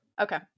Okay